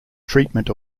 treatment